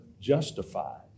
justified